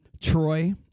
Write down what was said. Troy